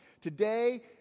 Today